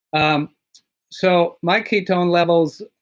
um so my ketone levels,